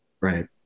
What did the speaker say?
Right